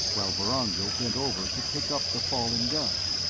while vorongil bent over to pick up the fallen gun.